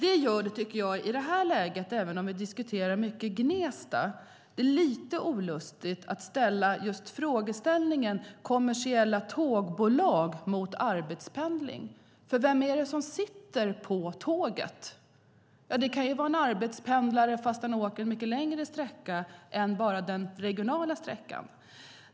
I detta läge blir det - även om vi diskuterar Gnesta mycket - lite olustigt med den frågeställning där man ställer kommersiella tågbolag mot arbetspendling. För vem är det som sitter på tåget? Det kan vara en arbetspendlare som åker en mycket längre sträcka än bara den regionala.